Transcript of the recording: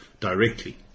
directly